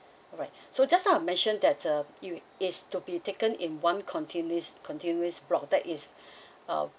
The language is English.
alright so just now I mentioned that uh you it's to be taken in one continuous continuous block that is uh